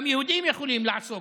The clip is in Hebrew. גם יהודים יכולים לעסוק,